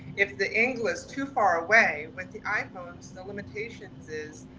if the angle is too far away with the iphone, so the limitations is,